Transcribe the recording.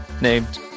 named